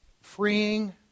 freeing